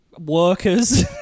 workers